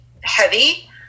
heavy